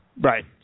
Right